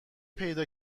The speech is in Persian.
پیدا